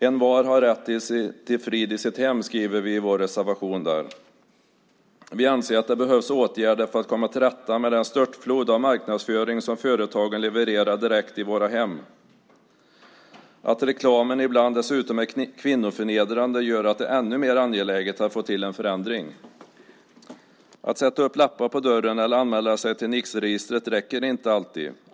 "Envar borde ha rätt till frid i sitt hem", skriver vi i vår reservation. Vi anser att det behövs åtgärder för att komma till rätta med den störtflod av marknadsföring som företagen levererar direkt in i våra hem. Att reklamen ibland dessutom är kvinnoförnedrande gör att det är ännu mer angeläget att få till en förändring. Att sätta upp lappar på dörren eller anmäla sig till Nixregistret räcker inte alltid.